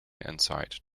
insight